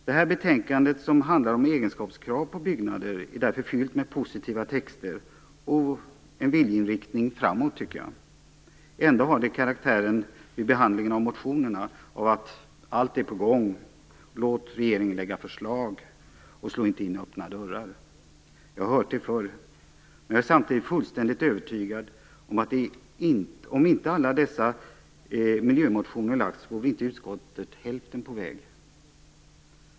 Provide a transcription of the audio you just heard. Det här betänkandet, som handlar om egenskapskrav på byggnader, är därför fyllt med positiva texter och en viljeinriktning framåt. Ändå har det karaktären, vid behandlingen av motionerna, av att "allt är på gång", "låt regeringen lägga förslag" och "slå inte in öppna dörrar". Jag har hört det förr, men jag är samtidigt fullständigt övertygad om, att skulle inte alla dessa miljömotioner ha väckts vore inte utskottet hälften på väg.